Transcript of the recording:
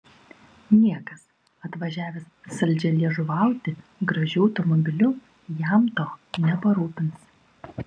niekas atvažiavęs saldžialiežuvauti gražiu automobiliu jam to neparūpins